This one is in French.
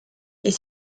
est